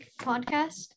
podcast